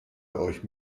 euch